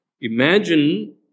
Imagine